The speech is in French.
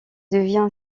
devient